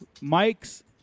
Mike's